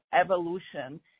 evolution